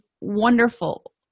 wonderful